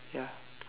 ya